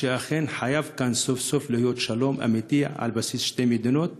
שאכן חייב להיות כאן סוף-סוף שלום אמיתי על בסיס שתי מדינות